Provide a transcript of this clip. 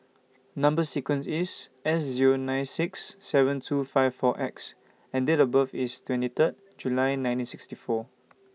Number sequence IS S Zero nine six seven two five four X and Date of birth IS twenty Third July nineteen sixty four